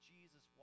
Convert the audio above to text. Jesus